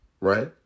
right